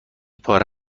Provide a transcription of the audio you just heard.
پاره